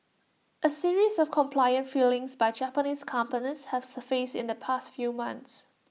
A series of compliance failings by Japanese companies have surfaced in the past few months